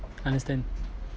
understand